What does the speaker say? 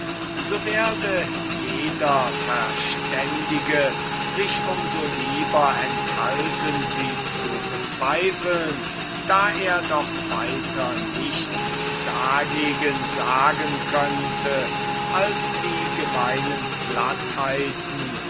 so werde jeder verständige sich um so lieber enthalten sie zu bezweifeln als er doch weiter nichts dagegen sagen könnte als die gemeinen